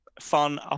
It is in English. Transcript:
fun